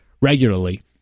regularly